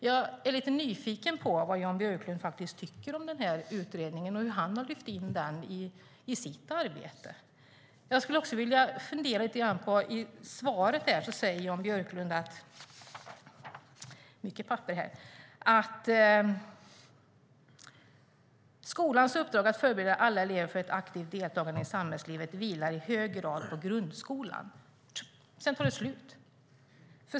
Jag är lite nyfiken på vad Jan Björklund tycker om utredningen och hur han har lyft in den i sitt arbete. I interpellationssvaret säger Jan Björklund: Skolans uppdrag att förbereda alla elever för ett aktivt deltagande i samhällslivet vilar i hög grad på grundskolan. Sedan tar det slut.